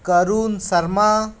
Karun Sharma